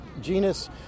genus